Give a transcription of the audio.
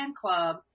club